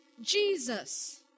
Jesus